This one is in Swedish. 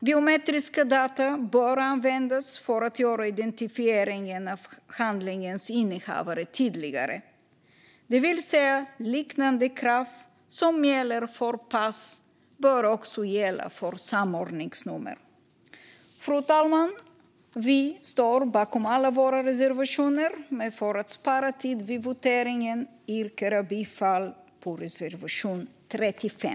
Biometriska data bör användas för att göra identifieringen av handlingens innehavare tydligare, det vill säga liknande krav som gäller för pass bör gälla också för samordningsnummer. Fru talman! Vi står bakom alla våra reservationer, men för att spara tid vid voteringen yrkar jag bifall endast till reservation 35.